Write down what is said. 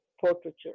portraiture